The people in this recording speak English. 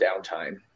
downtime